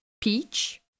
Peach